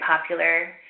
popular